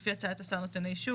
לפי הצעת השר נותן האישור,